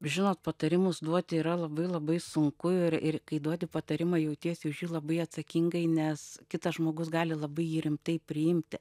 žinot patarimus duoti yra labai labai sunku ir ir kai duodi patarimą jautiesi labai atsakingai nes kitas žmogus gali labai jį rimtai priimti